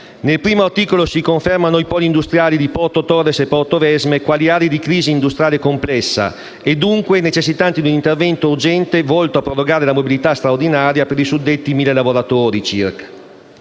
Nel primo articolo si confermano i poli industriali di Porto Torres e Portovesme quali aree di crisi industriale complessa e dunque necessitanti di un intervento urgente volto a prorogare la mobilità straordinaria per i suddetti 1.000 lavoratori circa.